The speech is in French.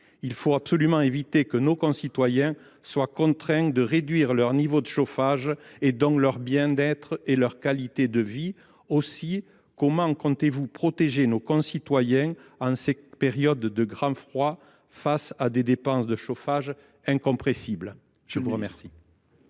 Il faut absolument éviter que nos concitoyens soient contraints de réduire leur niveau de chauffage, au détriment de leur bien être et de leur qualité de vie. Comment comptez vous protéger nos concitoyens en cette période de grand froid face à des dépenses de chauffage incompressibles, monsieur le